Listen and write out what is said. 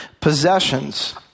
possessions